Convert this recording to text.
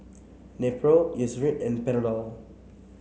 Nepro Eucerin and Panadol